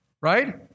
Right